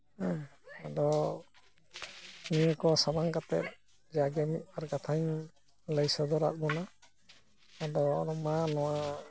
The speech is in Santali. ᱦᱮᱸ ᱟᱫᱚ ᱱᱤᱭᱟᱹ ᱠᱚ ᱥᱟᱢᱟᱝ ᱠᱟᱛᱮ ᱡᱟᱜᱮ ᱢᱤᱫᱼᱵᱟᱨ ᱠᱟᱛᱷᱟᱧ ᱞᱟᱹᱭ ᱥᱚᱫᱚᱨᱟᱫ ᱵᱚᱱᱟ ᱟᱫᱚ ᱢᱟ ᱱᱚᱣᱟ